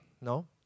No